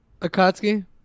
akatsuki